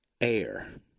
air